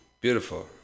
beautiful